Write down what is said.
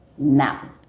now